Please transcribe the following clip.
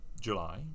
July